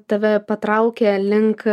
tave patraukė link